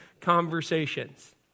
conversations